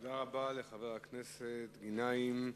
תודה לחבר הכנסת גנאים.